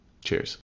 Cheers